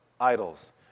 idols